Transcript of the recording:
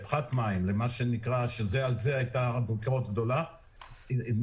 לפחת מים שעל זה הייתה ביקורת גדולה נקבעה